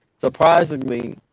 surprisingly